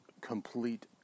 complete